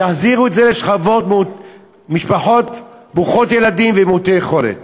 תחזירו את זה למשפחות ברוכות ילדים ולמעוטי יכולת.